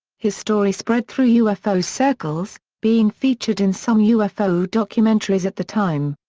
his story spread through ufo circles, being featured in some ufo documentaries at the time.